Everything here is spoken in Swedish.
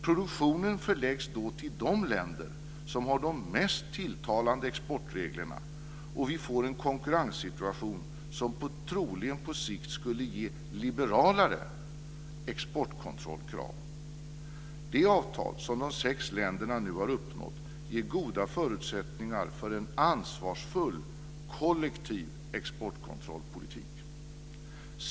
Produktionen förläggs då till de länder som har de mest tilltalande exportreglerna, och vi får en konkurrenssituation som troligen på sikt skulle ge liberalare exportkontrollkrav. Det avtal som de sex länderna nu har uppnått ger goda förutsättningar för en ansvarsfull, kollektiv exportkontrollpolitik.